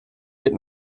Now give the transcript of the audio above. geht